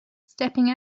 stepping